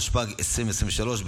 התשפ"ג 2023,